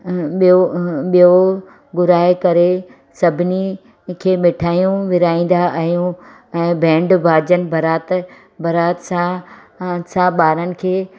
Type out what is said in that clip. ॿियों ॿियों घुराए करे सभिनी खे मिठाइयूं विराईंदा आहियूं ऐं बैड बाजन बारात बारात सां सां ॿारनि खे